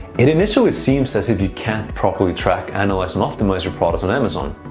it initially seems as if you can't properly track, analyze and optimize your products on amazon.